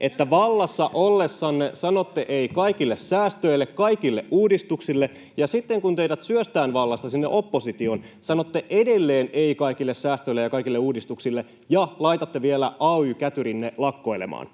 että vallassa ollessanne sanotte ”ei” kaikille säästöille, kaikille uudistuksille, ja sitten kun teidät syöstään vallasta sinne oppositioon, sanotte edelleen ”ei” kaikille säästöille ja kaikille uudistuksille ja laitatte vielä ay-kätyrinne lakkoilemaan?